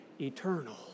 eternal